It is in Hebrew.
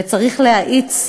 וצריך להאיץ,